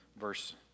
verse